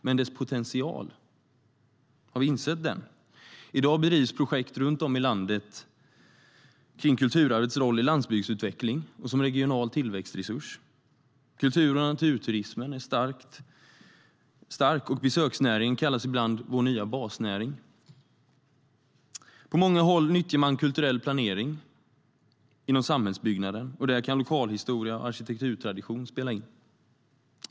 Men har vi insett dess potential? I dag bedrivs projekt runt om i landet kring kulturarvets roll i landsbygdsutveckling och som regional tillväxtresurs. Kultur och naturturismen är stark, och besöksnäringen kallas ibland vår nya basnäring. På många håll nyttjar man kulturell planering inom samhällsbyggnaden, och där kan lokalhistoria och arkitekturtradition spela roll.